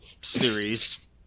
series